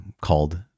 called